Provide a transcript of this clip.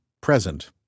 present